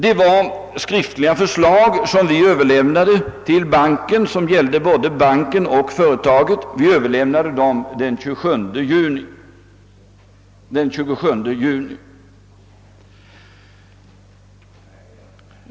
Det var den 27 juni som vi överlämnade de skriftliga förslagen till banken, vilka gällde både banken och företaget.